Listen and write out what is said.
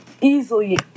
easily